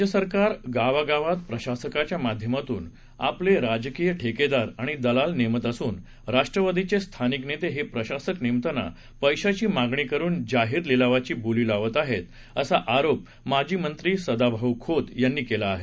राज्य सरकार गावा गावात प्रशासकाच्या माध्यमातून आपले राजकीय ठेकेदार आणि दलाल नेमत असून राष्ट्रवादीचे स्थानिक नेते हे प्रशासक नेमताना पैशाची मागणी करून जाहीर लिलावाची बोली लावत आहेत असा आरोप माजी मंत्री सदाभाऊ खोत यांनी केला आहे